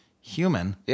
human